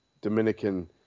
Dominican